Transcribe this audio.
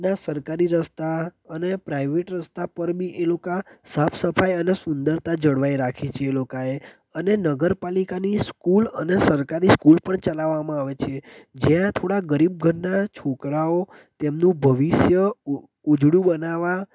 ના સરકારી રસ્તા અને પ્રાઇવેટ રસ્તા પર બી એ લોકો સાફ સફાઈ અને સુંદરતા જળવાઈ રાખે છે એ લોકોએ અને નગરપાલિકાની સ્કૂલ અને સરકારી સ્કૂલ પણ ચલાવવામાં આવે છે જ્યાં થોડા ગરીબ ઘરના છોકરાઓ તેમનું ભવિષ્ય ઉ ઉજળું બનાવવા